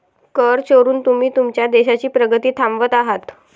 कर चोरून तुम्ही तुमच्या देशाची प्रगती थांबवत आहात